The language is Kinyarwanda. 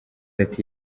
ati